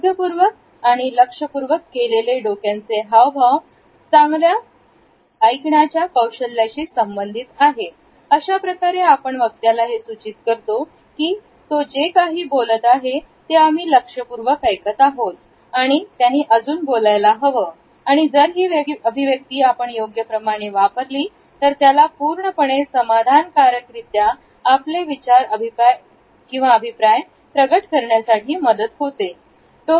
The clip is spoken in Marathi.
सभ्य पूर्वक आणि लक्षपूर्वक केलेले डोक्याचे हावभाव चांगल्या ऐकण्याच्या कौशल्य शी संबंधित आहे अशाप्रकारे आपण वक्त्याला हे सूचित करतो की जे काही तो बोलत आहे ते आम्ही लक्षपूर्वक ऐकत आहोत त्यांनी अजून बोलायला हवं आणि जर ही अभिव्यक्ती आपण योग्य प्रमाणे वापरल्यास त्याला पूर्णपणे समाधान कारक रित्या आपले विचार अभिप्राय प्रगट करण्यासाठी मदत करतात